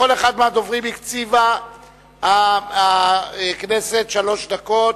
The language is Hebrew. לכל אחד מהדוברים הקציבה הכנסת שלוש דקות.